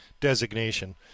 designation